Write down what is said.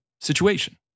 situation